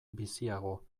biziago